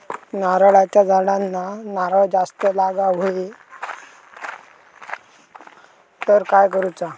नारळाच्या झाडांना नारळ जास्त लागा व्हाये तर काय करूचा?